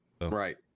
right